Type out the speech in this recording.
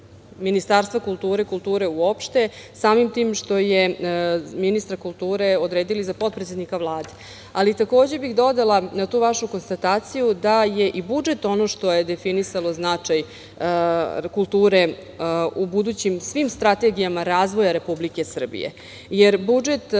Ministarstva kulture, kulture uopšte samim tim što su ministra kulture odredili za potpredsednika Vlade. Takođe bih dodala na tu vašu konstataciju da je i budžet ono što je definisalo značaj kulture u budućim svim strategijama razvoja Republike Srbije. Budžet